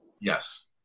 Yes